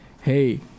hey